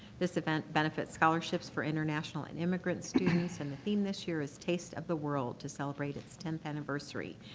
this event benefits scholarships for international and immigrant students, and the theme this year is taste of the world to celebrate it's tenth anniversary.